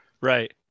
Right